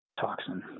toxin